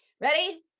Ready